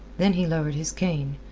then he lowered his cane,